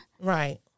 right